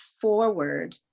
forward